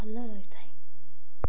ଭଲ ରହିଥାଏ